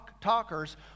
talkers